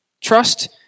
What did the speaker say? Trust